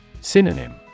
Synonym